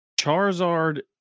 Charizard